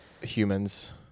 Humans